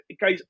guys